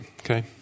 okay